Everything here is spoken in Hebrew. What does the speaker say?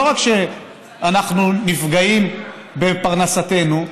לא רק שאנחנו נפגעים בפרנסתנו,